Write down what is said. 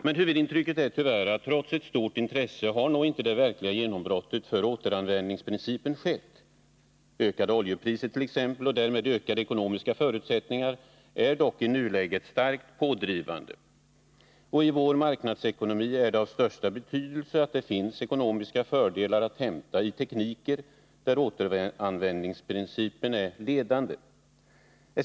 Men huvudintrycket är tyvärr att trots ett stort intresse har nog inte det verkliga genombrottet för återanvändningsprincipen skett. Ökade oljepriser t.ex., och därmed ökade ekonomiska förutsättningar, är dock i nuläget starkt pådrivande. I vår marknadsekonomi är det av största betydelse att det finns ekonomiska fördelar att hämta i tekniker där återanvändningsprincipen är ledande.